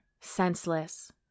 senseless